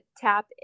tap